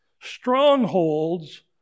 strongholds